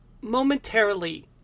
momentarily